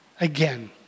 again